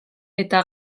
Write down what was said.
eta